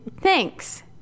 thanks